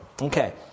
Okay